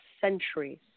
centuries